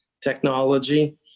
technology